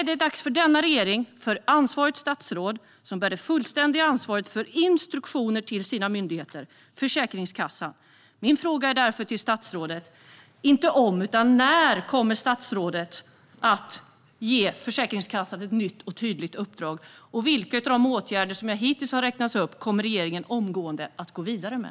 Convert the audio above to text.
Det är dags för denna regering och för ansvarigt statsråd, som bär det fulla ansvaret för instruktioner till myndigheter, att ge Försäkringskassan ett nytt, tydligt uppdrag. När kommer statsrådet att göra detta? Och vilka av de åtgärder som jag hittills har räknat upp kommer regeringen omgående att gå vidare med?